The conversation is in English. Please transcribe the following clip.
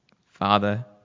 Father